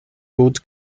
gut